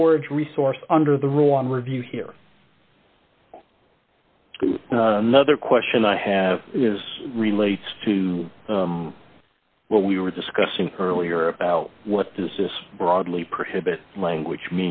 storage resource under the rule on review here another question i have is relates to what we were discussing earlier about what does this broadly prohibit language